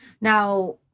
Now